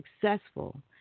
successful